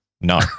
No